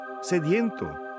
sediento